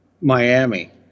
Miami